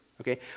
Okay